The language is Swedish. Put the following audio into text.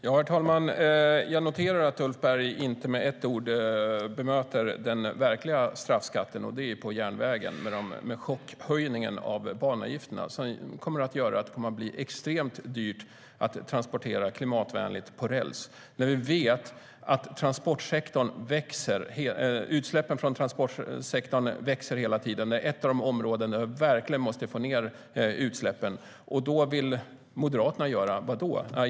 Herr talman! Jag noterar att Ulf Berg inte med ett ord bemöter det jag sa om den verkliga straffskatten, nämligen chockhöjningen av banavgifterna på järnvägen. Den kommer att göra det extremt dyrt att transportera klimatvänligt på räls. Vi vet att utsläppen från transportsektorn hela tiden växer. Det är ett av de områden där vi verkligen måste få ned utsläppen. Vad vill då Moderaterna göra?